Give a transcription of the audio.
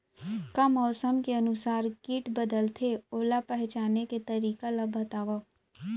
का मौसम के अनुसार किट बदलथे, ओला पहिचाने के तरीका ला बतावव?